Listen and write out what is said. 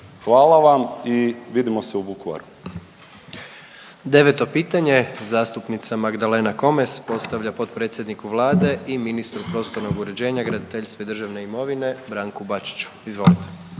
Hvala vam i vidimo se u Vukovaru. **Jandroković, Gordan (HDZ)** 9. pitanje, zastupnica Magdalena Komes postavlja potpredsjedniku Vlade i ministru prostornog uređenja, graditeljstva i državne imovine, izvolite.